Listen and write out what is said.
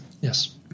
Yes